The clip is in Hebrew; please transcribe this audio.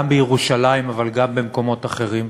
גם בירושלים אבל גם במקומות אחרים,